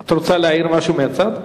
את רוצה להעיר משהו מהצד?